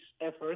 efforts